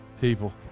people